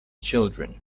children